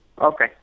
Okay